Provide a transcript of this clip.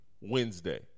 Wednesday